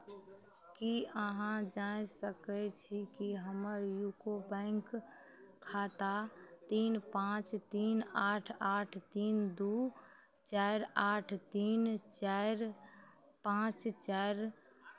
कि अहाँ जाँचि सकै छी कि हमर यूको बैँक खाता तीन पाँच तीन आठ आठ तीन दुइ चारि आठ तीन चारि पाँच चारि